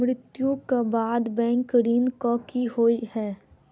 मृत्यु कऽ बाद बैंक ऋण कऽ की होइ है?